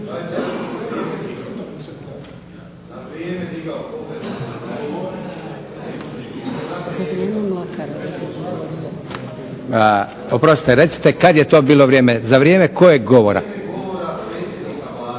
Oprostite, recite kada je to bilo vrijeme? Za vrijeme kojeg govora?